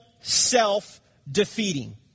self-defeating